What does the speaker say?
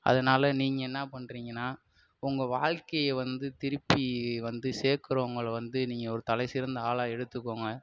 அதனால நீங்கள் என்ன பண்றீங்கன்னா உங்கள் வாழ்க்கையை வந்து திருப்பி வந்து சேர்க்கறவுங்கள வந்து நீங்கள் ஒரு தலை சிறந்த ஆளாக எடுத்துக்கோங்க